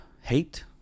hate